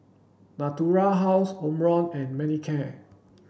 Natura House Omron and Manicare